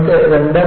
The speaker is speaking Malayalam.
നിങ്ങൾക്ക് 2